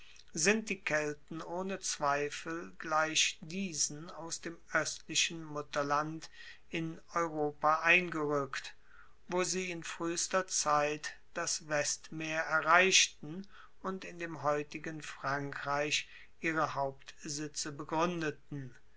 sind die kelten ohne zweifel gleich diesen aus dem oestlichen mutterland in europa eingerueckt wo sie in fruehester zeit das westmeer erreichten und in dem heutigen frankreich ihre hauptsitze begruendeten